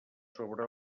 sobre